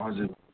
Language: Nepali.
हजुर